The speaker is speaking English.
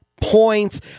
points